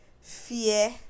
Fear